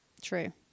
True